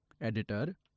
Editor